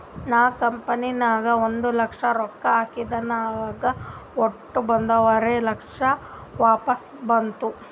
ನಾ ಕಂಪನಿ ನಾಗ್ ಒಂದ್ ಲಕ್ಷ ರೊಕ್ಕಾ ಹಾಕಿದ ನಂಗ್ ವಟ್ಟ ಒಂದುವರಿ ಲಕ್ಷ ವಾಪಸ್ ಬಂತು